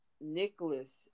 Nicholas